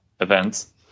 events